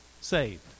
saved